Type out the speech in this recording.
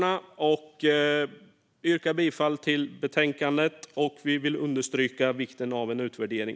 Jag yrkar alltså bifall till förslaget i betänkandet, och vi vill understryka vikten av en utvärdering.